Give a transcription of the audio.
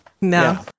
No